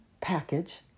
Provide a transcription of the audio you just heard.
package